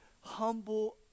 humble